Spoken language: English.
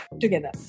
together